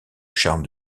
charme